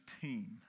team